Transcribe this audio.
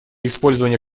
использование